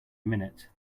minute